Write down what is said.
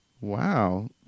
Wow